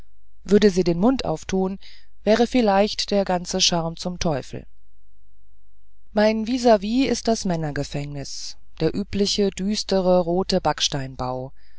würde sie den mund auftun wäre vielleicht der ganze charme zum teufel mein vis vis ist das männergefängnis der übliche düstere rote